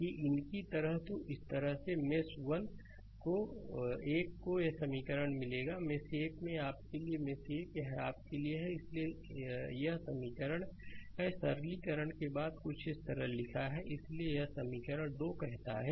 तो इनकी तरह तो इस तरह से मेष 1 को यह समीकरण मिलेगा मेष 1 आपके लिए मेष 1 यह आपके लिए है इसलिए यह समीकरण है सरलीकरण के बाद कुछ इस तरह लिखा है इसलिए यह समीकरण 2 कहता है